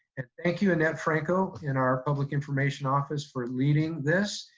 and thank you annette franco, in our public information office, for leading this.